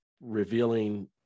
revealing